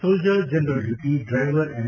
soldier general duty driver M